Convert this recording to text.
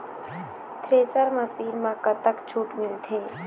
Thresher machine म कतक छूट मिलथे?